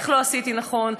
איך לא עשיתי נכון,